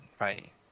right